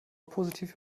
positiv